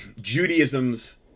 judaism's